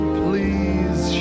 please